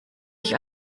ich